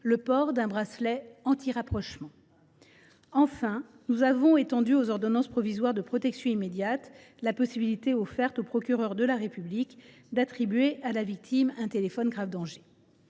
le port d’un bracelet antirapprochement. En troisième lieu, nous avons étendu aux ordonnances provisoires de protection immédiate la possibilité offerte au procureur de la République d’attribuer à la victime un téléphone grave danger.